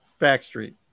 Backstreet